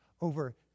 over